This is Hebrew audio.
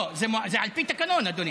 לא, זה על פי תקנון, אדוני.